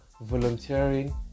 volunteering